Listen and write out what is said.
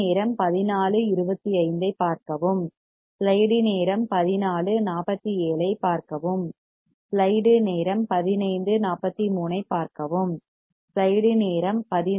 எனவே fo என்றால் என்ன